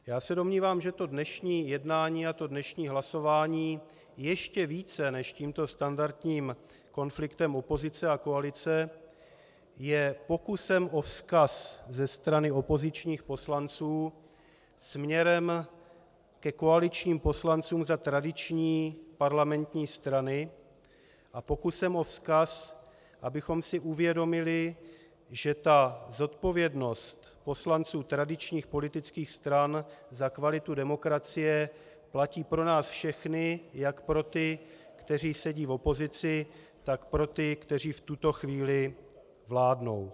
Já se domnívám, že to dnešní jednání a to dnešní hlasování ještě více než tímto standardním konfliktem opozice a koalice je pokusem o vzkaz ze strany opozičních poslanců směrem ke koaličním poslancům za tradiční parlamentní strany a pokusem o vzkaz, abychom si uvědomili, že ta zodpovědnost poslanců tradičních politických stran za kvalitu demokracie platí pro nás všechny, jak pro ty, kteří sedí v opozici, tak pro ty, kteří v tuto chvíli vládnou.